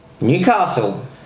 newcastle